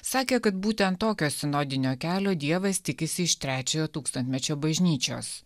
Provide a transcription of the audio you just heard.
sakė kad būtent tokio sinodinio kelio dievas tikisi iš trečiojo tūkstantmečio bažnyčios